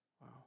Wow